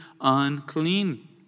unclean